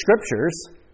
scriptures